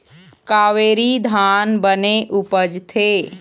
कावेरी धान बने उपजथे?